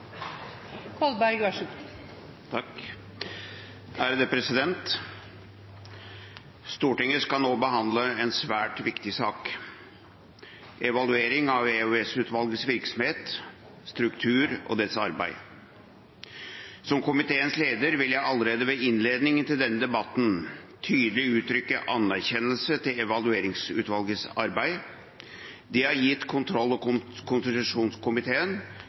Kolberg. Stortinget skal nå behandle en svært viktig sak, evaluering av EOS-utvalgets virksomhet, struktur og dets arbeid. Som komiteens leder vil jeg allerede ved innledningen til denne debatten tydelig uttrykke anerkjennelse til Evalueringsutvalgets arbeid. Det har gitt kontroll- og konstitusjonskomiteen